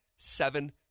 seven